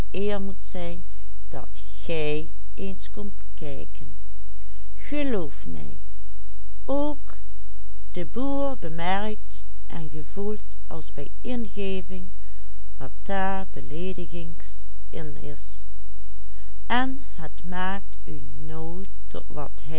en gevoelt als bij ingeving wat daar beleedigends in is en het maakt u